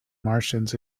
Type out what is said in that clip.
martians